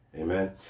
Amen